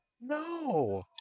No